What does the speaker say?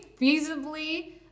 feasibly